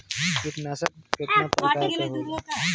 कीटनाशक केतना प्रकार के होला?